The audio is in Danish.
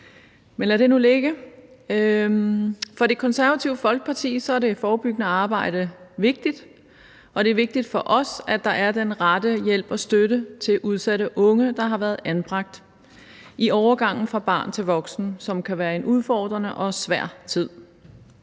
Men lad det nu ligge. For Det Konservative Folkeparti er det forebyggende arbejde vigtigt, og det er vigtigt for os, at der er den rette hjælp og støtte til udsatte unge, der har været anbragt, i overgangen fra barn til voksen, som kan være en udfordrende og svær tid.